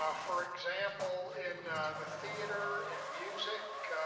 ah for example, in the theater, in music,